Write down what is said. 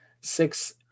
six